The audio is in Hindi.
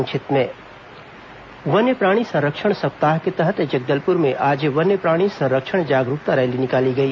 संक्षिप्त समाचार वन्य प्राणी संरक्षण सप्ताह के अंतर्गत जगदलपुर में आज वन्य प्राणी संरक्षण जागरूकता रैली निकाली गई